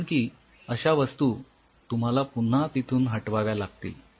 कारण की अश्या वस्तू तुम्हाला पून्हा तिथून हटवाव्या लागतील